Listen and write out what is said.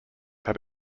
had